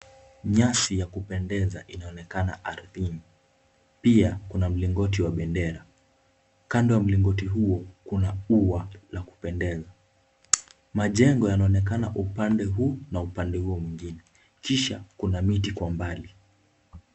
Nyasi ya kupendeza inaonekana ardhini, pia kuna mlingoti wa bendera, kando ya mlingoti huo kuna ua la kupendeza, majengo yanaonekana upande huu na upande huo mwingine kisha kuna miti kwa umbali.